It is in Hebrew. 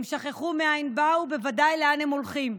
הם שכחו מאין באו ובוודאי לאן הם הולכים.